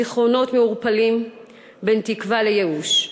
זיכרונות מעורפלים בין תקווה לייאוש.